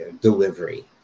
delivery